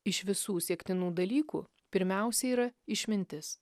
iš visų siektinų dalykų pirmiausiai yra išmintis